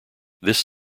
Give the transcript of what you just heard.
this